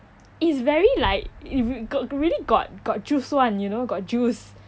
it's very like it re~ got really like got got juice [one] you know got juice